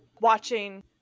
watching